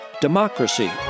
democracy